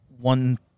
one